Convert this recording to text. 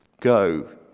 Go